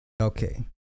Okay